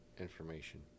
information